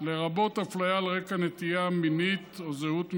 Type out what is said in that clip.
לרבות הפליה על רקע נטייה מינית או זהות מגדר,